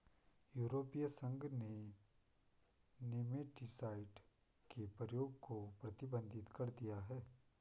यूरोपीय संघ ने नेमेटीसाइड के प्रयोग को प्रतिबंधित कर दिया है